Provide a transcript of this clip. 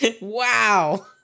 Wow